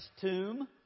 Tomb